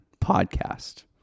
Podcast